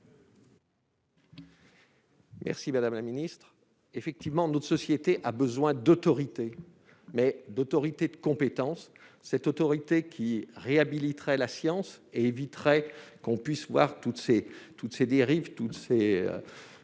Merci madame la ministre, effectivement, notre société a besoin d'autorité mais d'autorité de compétence cette autorité qui réhabilite la science et éviterait qu'on puisse voir toutes ces, toutes ces